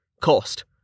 Cost